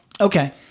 Okay